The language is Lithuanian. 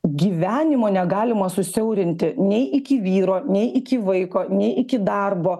gyvenimo negalima susiaurinti nei iki vyro nei iki vaiko nei iki darbo